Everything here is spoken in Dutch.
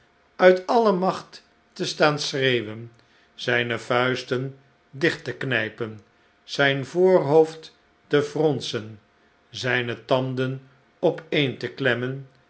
uit alle macht te staan schreeuwen zijne vuisten dicht te knijpen zijn voorhoofd te fronsen zijne tanden opeen te klemmen